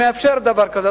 מאפשרת דבר כזה.